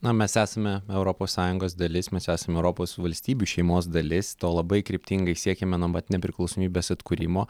na mes esame europos sąjungos dalis mes esam europos valstybių šeimos dalis to labai kryptingai siekėme nuo pat nepriklausomybės atkūrimo